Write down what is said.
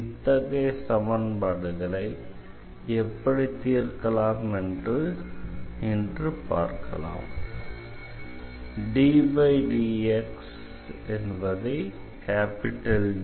இத்தகைய சமன்பாடுகளை எப்படி தீர்க்கலாம் என்று இன்று பார்க்கலாம்